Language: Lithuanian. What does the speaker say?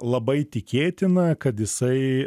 labai tikėtina kad jisai